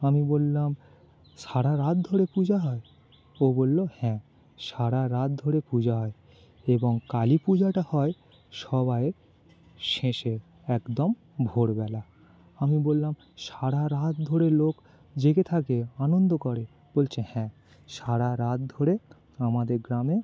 আমি বললাম সারা রাত ধরে পূজা হয় ও বলল হ্যাঁ সারা রাত ধরে পূজা হয় এবং কালী পূজাটা হয় সবার শেষে একদম ভোরবেলা আমি বললাম সারা রাত ধরে লোক জেগে থাকে আনন্দ করে বলছে হ্যাঁ সারা রাত ধরে আমাদের গ্রামে